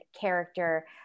character